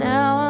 Now